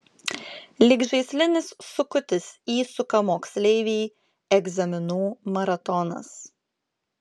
lyg žaislinis sukutis įsuka moksleivį egzaminų maratonas